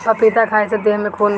पपीता खाए से देह में खून बनेला